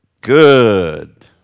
Good